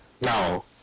No